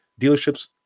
Dealerships